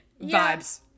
vibes